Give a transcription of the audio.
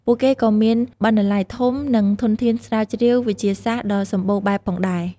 ពួកគេក៏មានបណ្ណាល័យធំ និងធនធានស្រាវជ្រាវវិទ្យាសាស្ត្រដ៏សម្បូរបែបផងដែរ។